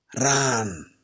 run